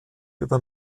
über